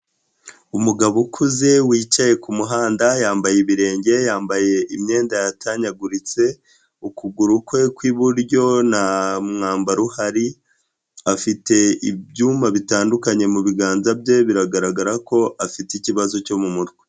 Umugabo ukuze wicaye ku muhanda yambaye ibirenge yambaye imyenda yatanyaguritse, ukuguru kwe kw'iburyo nta mwambaro uhari afite ibyumba bitandukanye mu biganza bye, biragaragara ko afite ikibazo cyo mu mutwe.